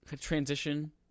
transition